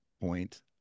point